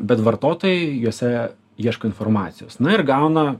bet vartotojai juose ieško informacijos na ir gauna